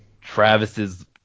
Travis's